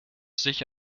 sich